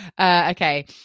Okay